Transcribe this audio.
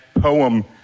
poem